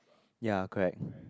ya correct